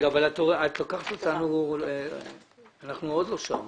אנחנו עוד לא שם.